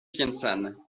piensan